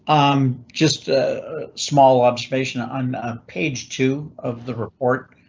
um, just a small observation on ah page two of the report